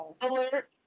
alert